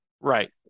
Right